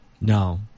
No